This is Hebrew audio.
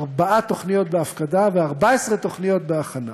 ארבע תוכניות בהפקדה ו-14 תוכניות בהכנה.